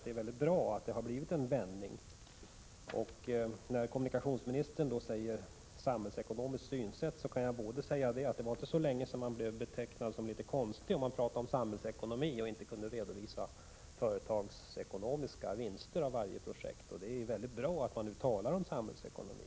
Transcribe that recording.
Det är mycket bra att det har skett en vändning. När kommunikationsministern talar om ett samhällsekonomiskt synsätt, kan jag konstatera att det inte var så länge sedan man blev betecknad som litet konstig, om man pratade om samhällsekonomi och inte kunde redovisa företagsekonomiska vinster av varje projekt. Det är mycket bra att man nu talar om samhällsekonomi.